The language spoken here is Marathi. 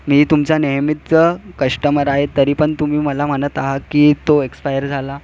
मी तुमचा नेहमीचा कष्टमर आहे तरी पण तुम्ही मला म्हणत आहा की तो एक्सपायर झाला